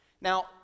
now